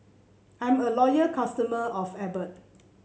I'm a loyal customer of Abbott